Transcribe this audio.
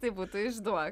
tai būtų išduok